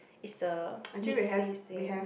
is the need face thing